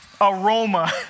aroma